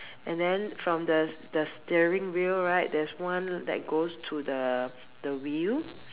and then from the the steering wheel right there's one that goes to the the wheel